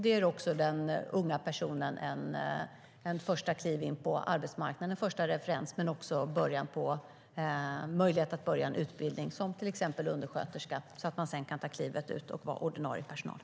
Det ger också den unga personen ett första kliv in på arbetsmarknaden - en första referens och en möjlighet att börja en utbildning som till exempel undersköterska. Sedan kan man ta klivet ut och vara ordinarie personal.